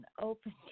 open